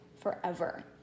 forever